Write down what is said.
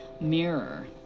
Mirror